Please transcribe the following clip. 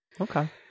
Okay